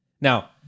now